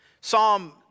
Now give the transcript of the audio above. Psalm